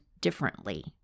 differently